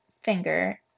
finger